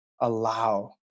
allow